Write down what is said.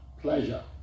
pleasure